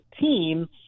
team